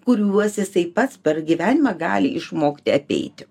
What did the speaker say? kuriuos jisai pats per gyvenimą gali išmokti apeiti